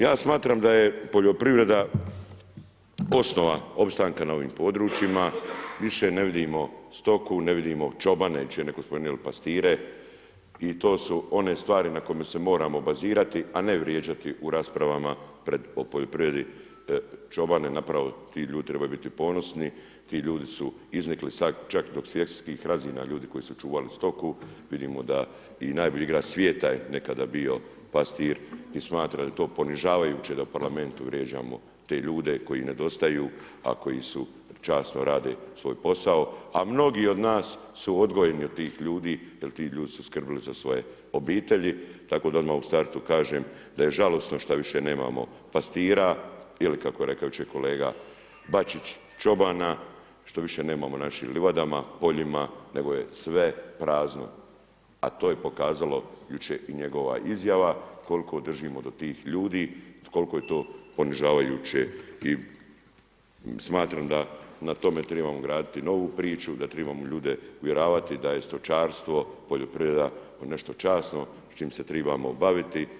Ja smatram da je poljoprivreda osnova opstanka na ovim područjima, više ne vidimo stoku, ne vidimo čobane, već je netko spomenuo ili pastire i to su one stvari na kojima se moramo bazirati a ne vrijeđati u raspravama o poljoprivredi, čobani zapravo, ljudi trebaju biti ponosni, ti ljudi su iznikli čak do svjetskih razina, ljudi koji su čuvali stoku, vidimo da i najbolji igrač svijeta je nekada bio pastir i smatram da je to ponižavajuće da u Parlamentu vrijeđamo te ljude koji nedostaju a koji časno rade svoj posao a mnogi od nas su odgojeni od tih ljudi jer ti ljudi su skrbili za svoje obitelji tako da odmah u startu kažem da je žalosno šta više nemamo pastira ili kako je rekao jučer kolega Bačić, čobana, štoviše, nemamo ih na naših livadama, poljima nego je sve prazno a to je pokazalo jučer i njegova izjava koliko držimo tih, koliko je to ponižavajuće i smatram da na tome trebamo graditi novu priču, da trebamo ljude uvjeravati da je stočarstvo, poljoprivreda nešto časno, s čim se trebamo baviti.